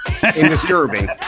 disturbing